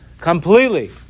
completely